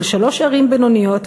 של שלוש ערים בינוניות,